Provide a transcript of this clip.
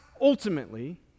ultimately